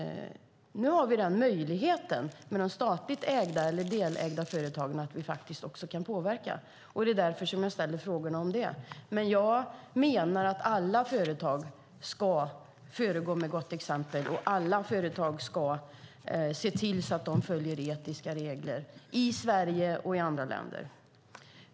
Nu har vi möjlighet att påverka med de statligt ägda eller delägda företagen. Det är därför som jag ställer frågor om det. Men jag menar att alla företag ska föregå med gott exempel och se till att de följer etiska regler i Sverige och i andra länder.